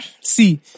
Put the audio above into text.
see